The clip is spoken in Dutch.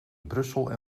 brussel